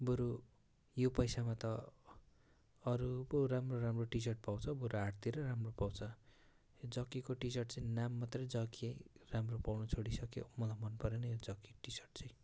बरु यो पैसामा त अरू पो राम्रो राम्रो टी सर्ट पाउँछ हो बरु हाटतिर राम्रो पाउँछ यो जक्कीको टी सर्ट चाहिँ नाम मात्र जक्की है राम्रो पाउन छोडिसक्यो मलाई मन परेन यो जक्कीको टी सर्ट चाहिँ